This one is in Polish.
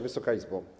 Wysoka Izbo!